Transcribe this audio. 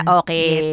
okay